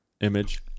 image